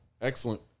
excellent